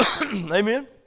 Amen